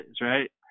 right